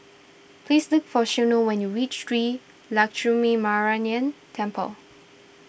please look for Shiloh when you reach Shree Lakshminarayanan Temple